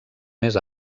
més